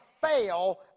fail